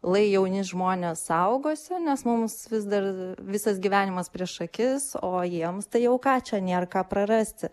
lai jauni žmonės saugosi nes mums vis dar visas gyvenimas prieš akis o jiems tai jau ką čia nėr ką prarasti